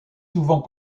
souvent